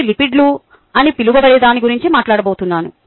నేను లిపిడ్లు అని పిలువబడే దాని గురించి మాట్లాడబోతున్నాను